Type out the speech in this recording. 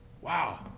Wow